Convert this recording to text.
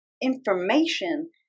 information